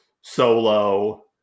Solo